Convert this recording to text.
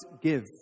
give